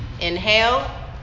inhale